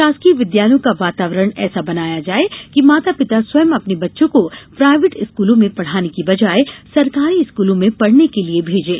शासकीय विद्यालयों का वातावरण ऐसा बनाये कि माता पिता स्वयं अपने बच्चों को प्रायवेट स्कूलों में पढ़ाने के बजाय सरकारी स्कूलों में पढ़ने के लिये भेजें